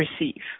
receive